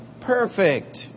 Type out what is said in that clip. perfect